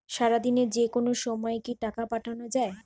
সারাদিনে যেকোনো সময় কি টাকা পাঠানো য়ায়?